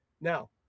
Now